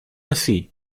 así